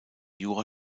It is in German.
jura